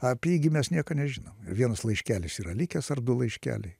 apie jį gi mes nieko nežinom vienas laiškelis yra likęs ar du laiškeliai